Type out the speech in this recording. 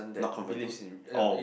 not converting oh